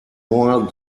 more